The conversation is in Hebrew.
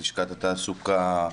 לשכת התעסוקה,